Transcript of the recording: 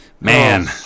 Man